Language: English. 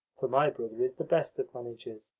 for my brother is the best of managers.